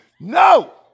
No